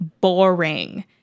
boring